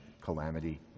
calamity